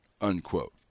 unquote